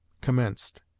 commenced